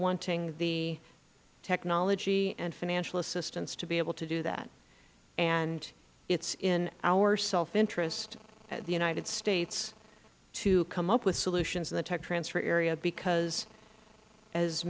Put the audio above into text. wanting the technology and financial assistance to be able to do that and it is in our self interest as the united states to come up with solutions in the tech transfer area because as